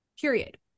Period